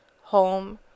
home